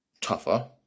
tougher